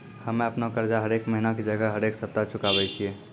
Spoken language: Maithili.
हम्मे अपनो कर्जा हरेक महिना के जगह हरेक सप्ताह चुकाबै छियै